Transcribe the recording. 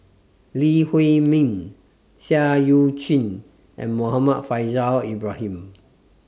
Lee Huei Min Seah EU Chin and Muhammad Faishal Ibrahim